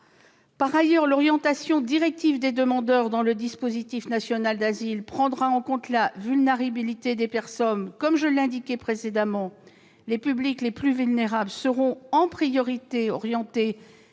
Par ailleurs, l'orientation directive des demandeurs dans le dispositif national d'asile prendra en compte la vulnérabilité des personnes. Comme je l'indiquais précédemment, les publics les plus vulnérables seront en priorité orientés